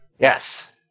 Yes